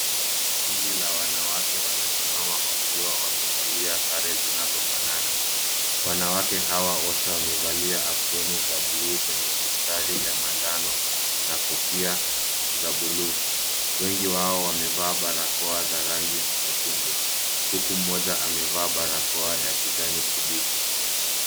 Kundi la wanawake wanasimama wakiwa wamevalia sare zinazo fanana. Wanawake hawa wote wamevalia aproni za bluu zenye mistari ya manjano na kofia za bluu. Wengi wao wamevaa barakoa za rangi ya chungwa huku mmoja amevaa barakoa ya kijani kibichi.